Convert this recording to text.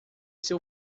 seu